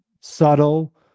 subtle